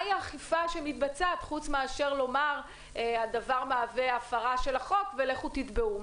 מהי האכיפה שמתבצעת חוץ מאשר לומר שהדבר מהווה הפרה של החוק ולכו תתבעו.